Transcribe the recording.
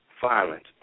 violence